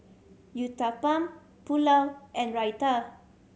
Uthapam Pulao and Raita